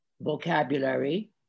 vocabulary